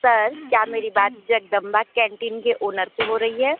sir क्या मेरी बात जगदंबा कैंटीन के ओनर से हो रही है